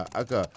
aka